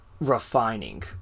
refining